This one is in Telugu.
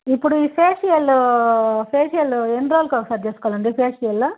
ఇప్పుడు ఈ ఫేషియలూ ఫేషియలు ఎన్ని రోజులకు ఒకసారి చేసుకోవాలండి ఫేషియలు